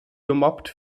gemobbt